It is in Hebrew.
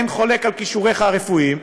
אין חולק על כישוריך הרפואיים,